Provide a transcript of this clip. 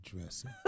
dressing